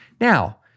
Now